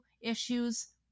issues